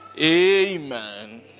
Amen